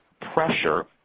pressure